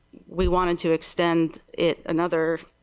we wanted to inches tend it another